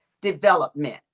development